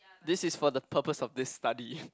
this is for the purpose of this study